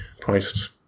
priced